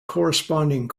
corresponding